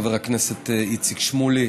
חבר הכנסת איציק שמולי